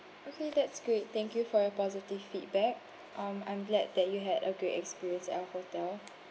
okay that's great thank you for your positive feedback um I'm glad that you had a great experience at our hotel